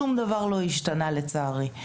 שום דבר לא השתנה, לצערי.